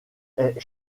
est